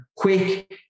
Quick